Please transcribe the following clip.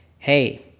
Hey